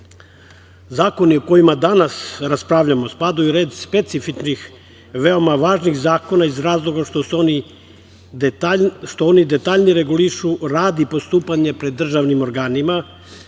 za. Zakoni o kojima danas raspravljamo spadaju u red specifičnih, veoma važnih zakona iz razloga što oni detaljnije regulišu rad i postupanje pred državnim organima